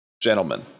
Gentlemen